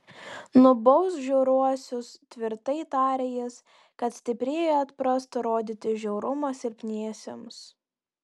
nubausk žiauriuosius tvirtai tarė jis kad stiprieji atprastų rodyti žiaurumą silpniesiems